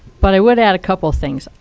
but i would add a couple things.